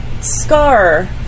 scar